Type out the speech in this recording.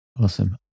Awesome